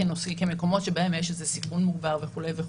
כמקומות שבהם יש איזה סיכון מוגבר ועולי וכולי.